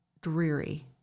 dreary